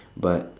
but